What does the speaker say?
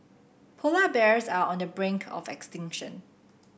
polar bears are on the brink of extinction